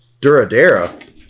Duradera